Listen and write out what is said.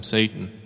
Satan